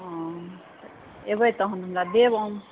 हँ एबै तहन हमरा देब आम